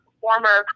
former